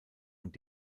und